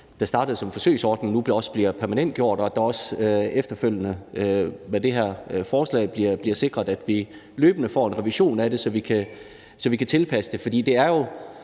der startede som en forsøgsordning, nu også bliver permanentgjort, og at det med det her forslag efterfølgende bliver sikret, at vi løbende får en revision af ordningen, så vi kan tilpasse den.